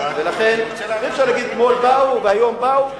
ולכן, אי-אפשר להגיד: אתמול באו, והיום באו.